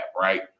right